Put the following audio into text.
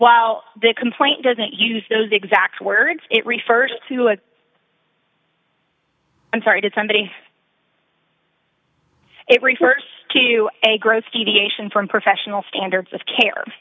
while the complaint doesn't use those exact words it refers to a i'm sorry did somebody it refers to a gross deviation from professional standards of care